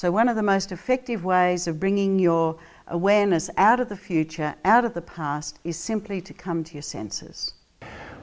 so one of the most effective ways of bringing your awareness ad of the future out of the past is simply to come to your senses